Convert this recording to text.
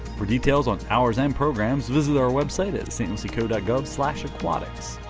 for details on hours and programs visit our website at stlucieco gov aquatics.